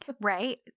Right